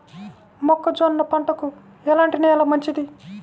మొక్క జొన్న పంటకు ఎలాంటి నేల మంచిది?